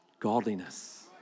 Godliness